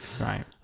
Right